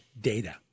data